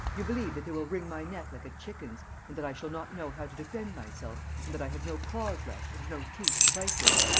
you believe that they will wring my neck like a chicken's and that i shall not know how to defend myself and that i have no claws left and no teeth to bite with!